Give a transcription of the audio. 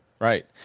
Right